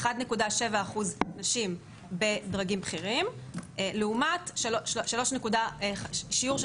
1.7% נשים בדרגים בכירים לעומת שיעור של